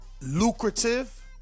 lucrative